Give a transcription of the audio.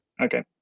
okay